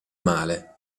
male